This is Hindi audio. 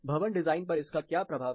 भवन डिजाइन पर इसका क्या प्रभाव है